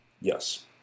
Yes